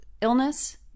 illness